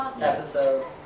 episode